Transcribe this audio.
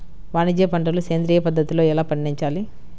వాణిజ్య పంటలు సేంద్రియ పద్ధతిలో ఎలా పండించాలి?